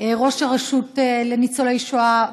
ראש הרשות לניצולי השואה,